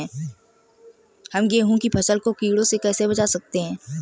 हम गेहूँ की फसल को कीड़ों से कैसे बचा सकते हैं?